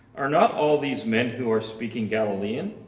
are not all these men who are speaking galilean?